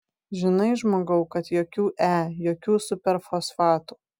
žinai žmogau kad jokių e jokių superfosfatų